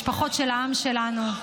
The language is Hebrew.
משפחות של העם שלנו,